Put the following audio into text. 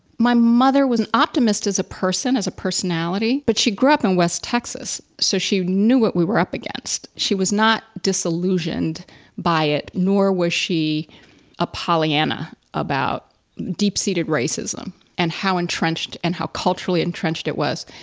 my mother was an optimist as a person, as a personality, but she grew up in west texas, so she knew what we were up against. she was not disillusioned by it, nor was she a pollyanna about deep seated racism and how entrenched, and how culturally entrenched it was.